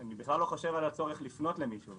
אני בכלל לא חושב על הצורך לפנות למישהו,